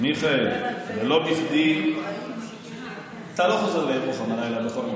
מיכאל, אתה לא חוזר לירוחם הלילה בכל מקרה.